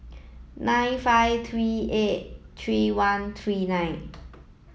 nine five three eight three one three nine